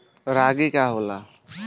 रागी का होला?